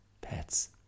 pets